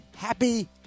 Happy